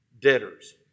debtors